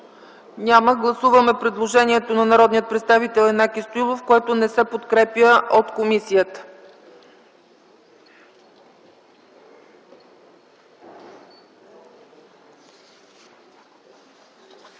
на гласуване предложението на народния представител Янаки Стоилов, което не се подкрепя от комисията.